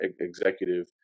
executive